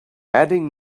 adding